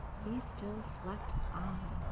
he still slept on,